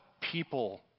people